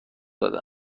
داده